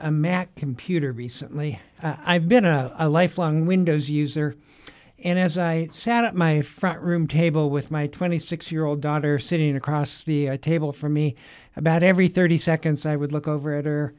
a mac computer recently i've been a lifelong windows user and as i sat at my front room table with my twenty six year old daughter sitting across the table from me about every thirty seconds i would look over it